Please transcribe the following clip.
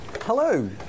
Hello